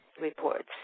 reports